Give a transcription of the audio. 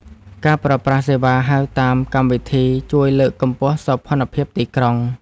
ការប្រើប្រាស់សេវាហៅតាមកម្មវិធី ជួយលើកកម្ពស់សោភ័ណភាពទីក្រុង។